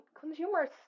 consumers